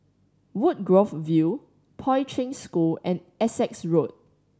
Woodgrove View Poi Ching School and Essex Road